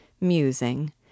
musing